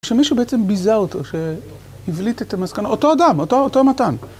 כשמישהו בעצם ביזה אותו, שהבליט את המסקנה, אותו אדם, אותו המתן.